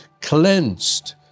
cleansed